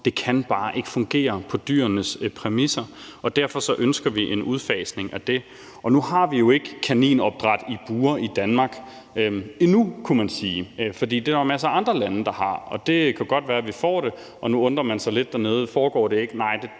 bure kan bare ikke fungere på dyrenes præmisser, og derfor ønsker vi en udfasning af det. Nu har vi jo ikke kaninopdræt i bure i Danmark, i hvert fald ikke endnu, kunne man sige. Det er der jo en masse andre lande der har, og det kan godt være, at vi får det. Nu undrer man sig lidt dernede og spørger sig